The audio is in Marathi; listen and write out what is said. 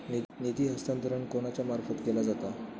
निधी हस्तांतरण कोणाच्या मार्फत केला जाता?